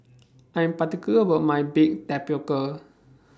I Am particular about My Baked Tapioca